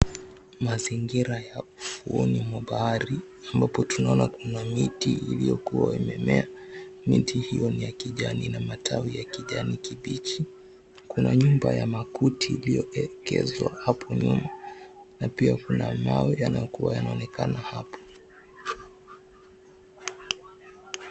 Mazingira ya ufuoni mwa bahari ambapo tunaona kuna miti iliyokuwa imemea, miti hiyo ni ya kijani na matawi ya kijani kibichi, kuna nyumba ya makuti iliyoekezwa hapo nyuma na pia kuna mawe yanayokuwa yanaonekana hapo.